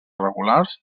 regulars